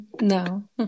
no